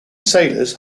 sailors